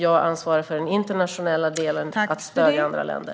Jag ansvarar för den internationella delen för att stödja andra länder.